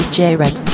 J-Rex